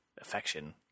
affection